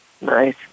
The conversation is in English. Nice